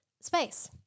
space